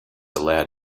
allowed